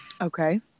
Okay